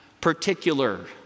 particular